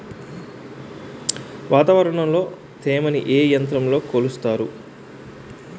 వాతావరణంలో తేమని ఏ యంత్రంతో కొలుస్తారు?